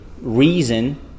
reason